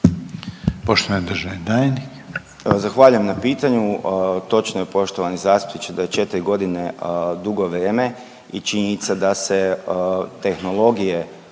**Partl, Krešimir** Zahvaljujem na pitanju. Točno je, poštovani zastupniče da je 4 godine dugo vrijeme i činjenica da se tehnologije